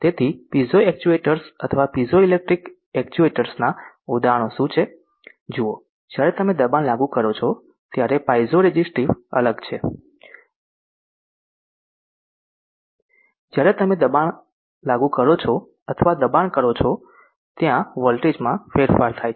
તેથી piezo actuators અથવા piezoelectric actuators નાં ઉદાહરણો શું છે જુઓ જ્યારે તમે દબાણ લાગુ કરો છો ત્યારે પાઇઝોરેઝીસ્ટીવ અલગ છે જ્યારે તમે ત્યાં દબાણ લાગુ કરો છો અથવા દબાણ કરો છો ત્યાં વોલ્ટેજમાં ફેરફાર થાય છે